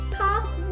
cost